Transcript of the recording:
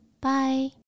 bye